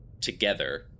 together